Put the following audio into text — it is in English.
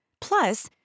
Plus